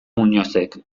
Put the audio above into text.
muñozek